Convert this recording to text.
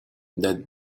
that